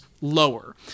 lower